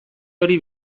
hori